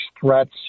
threats